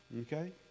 Okay